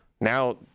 now